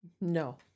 No